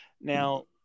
Now